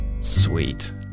Sweet